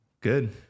Good